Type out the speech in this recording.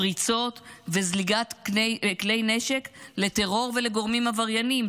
פריצות וזליגת כלי נשק לטרור ולגורמים עברייניים,